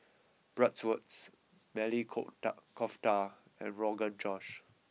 Bratwurst Maili coke da Kofta and Rogan Josh